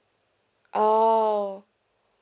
orh